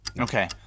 Okay